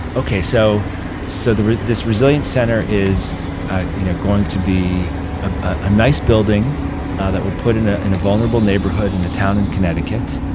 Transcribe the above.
okay. so so this resilience center is ah you know going to be a nice building that we'll put in a in a vulnerable neighborhood in a town in connecticut,